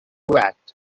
act